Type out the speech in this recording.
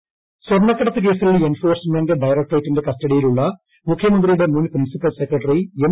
Sivasankar custody നീട്ടി സ്വർണ്ണക്കടത്ത് കേസിൽ എൻഫോഴ്സ്മെന്റ് ഡയറക്ടറേറ്റിന്റെ കസ്റ്റഡിയിലുള്ള മുഖ്യമന്ത്രിയുടെ മുൻ പ്രിൻസിപ്പൽ സെക്രട്ടറി എം